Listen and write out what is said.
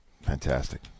Fantastic